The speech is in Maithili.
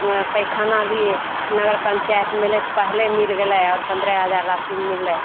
पैखाना भी नगर पञ्चाइतमे अएलै तऽ पहिले मिलि गेलै आओर पनरह हजार राशि मिललै